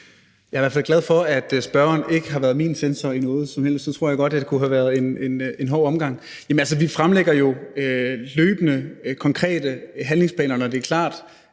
Jeg er i hvert fald glad for, at spørgeren aldrig har været min censor, for det tror jeg kunne have været en hård omgang. Jamen vi fremlægger jo løbende konkrete handlingsplaner, når de er klar.